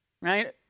right